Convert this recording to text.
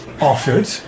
offered